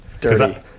dirty